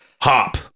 hop